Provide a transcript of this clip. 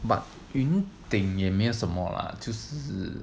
but 云顶也没有什么 lah 就是